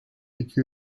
iki